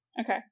okay